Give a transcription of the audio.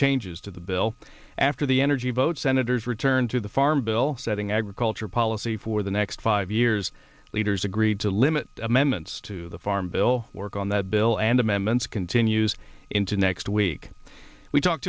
changes to the bill after the energy vote senators return to the farm bill setting agriculture policy for the next five years leaders agreed to limit amendments to the farm bill work on that bill and amendments continues into next week we talk